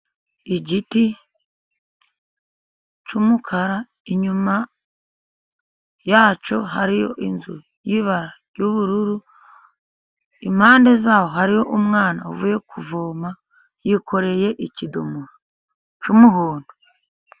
Igiti cy'umukara inyuma yacyo hariyo inzu y'ibara ry'ubururu, impande yaho hariho umwana uvuye kuvoma yikoreye ikidomora cy'umuhondo.